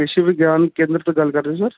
ਕ੍ਰਿਸ਼ੀ ਵਿਗਿਆਨ ਕੇਂਦਰ ਤੋਂ ਗੱਲ ਕਰ ਰਹੇ ਹੋ ਸਰ